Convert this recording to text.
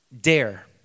Dare